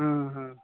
ହଁ ହଁ